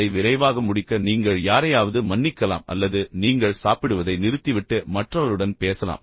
அதை விரைவாக முடிக்க நீங்கள் யாரையாவது மன்னிக்கலாம் அல்லது நீங்கள் சாப்பிடுவதை நிறுத்திவிட்டு மற்றவருடன் பேசலாம்